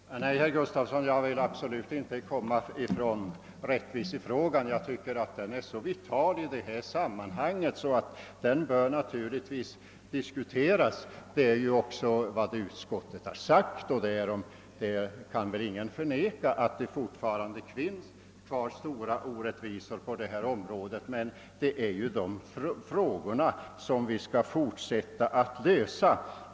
Herr talman! Nej, herr Gustavsson i Alvesta, jag vill inte alls komma ifrån rättvisefrågan. Den är så vital i sammanhanget och bör givetvis diskuteras. Detta har också utskottet framhållit. Ingen förnekar att det alltjämt finns stora orättvisor i fråga om pensionsåldern, men vi skall fortsätta vårt arbete på att lösa problemen.